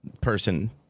person